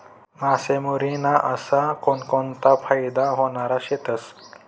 मासामारी ना अशा कोनकोनता फायदा व्हनारा शेतस?